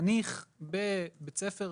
כשחניך בבית ספר